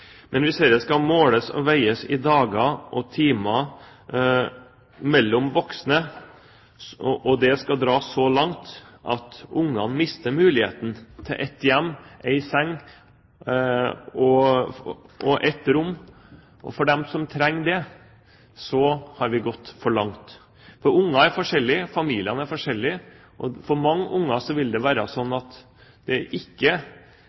Men hvis dette skal måles og veies i dager og timer mellom voksne, og det skal dras så langt at barna mister muligheten til ett hjem, én seng og ett rom, for dem som trenger det, har vi gått for langt. For barn er forskjellige, familier er forskjellige, og for mange barn vil det være slik at det ikke er